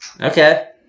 Okay